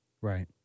Right